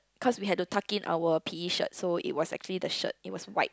cause we have to tuck in our P E shirt so it was actually the shirt it was white